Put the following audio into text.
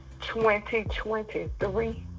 2023